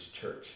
Church